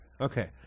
Okay